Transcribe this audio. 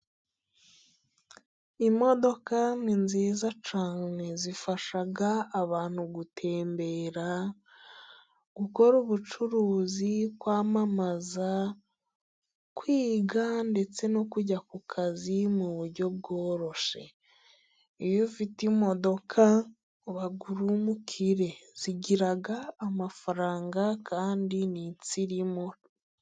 Imodoka ni nziza cyane. Zifasha abantu gutembera ,gukora ubucuruzi ,kwamamaza, kwiga ndetse no kujya ku kazi mu buryo bworoshye . Iyo ufite imodoka uba uri umukire. Zigira amafaranga kandi ni insirimu.